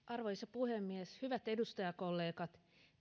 arvoisa puhemies hyvät edustajakollegat